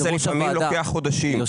לפעמים זה לוקח חודשים.